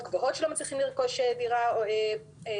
גבוהות שלא מצליחים לרכוש דירה בישראל,